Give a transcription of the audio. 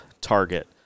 target